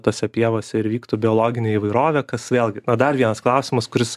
tose pievose ir vyktų biologinė įvairovė kas vėlgi na dar vienas klausimas kuris